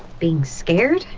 being scared?